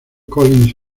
collins